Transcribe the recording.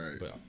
Right